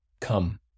come